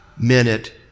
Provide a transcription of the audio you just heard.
minute